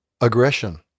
aggression